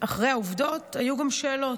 אחרי העובדות, היו גם שאלות.